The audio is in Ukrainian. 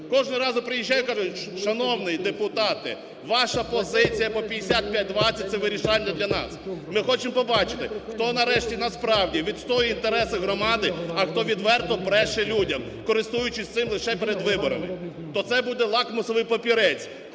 Кожного разу приїжджаю і кажуть: шановний депутате, ваша позиція по 5520 – це вирішальна для нас. Ми хочемо побачити, хто нарешті насправді відстоює інтереси громади, а хто відверто бреше людям, користуючись цим лише перед виборами. То це буде лакмусовий папірець,